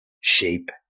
shape